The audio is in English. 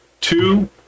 two